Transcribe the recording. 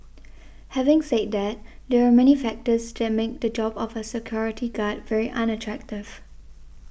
having said that there are many factors that make the job of a security guard very unattractive